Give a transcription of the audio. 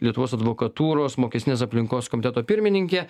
lietuvos advokatūros mokestinės aplinkos komiteto pirmininkė